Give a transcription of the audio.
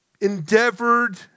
endeavored